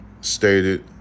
stated